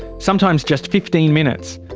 sometimes just fifteen minutes,